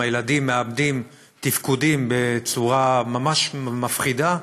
במחלה הזאת הילדים מאבדים תפקודים בצורה ממש מפחידה,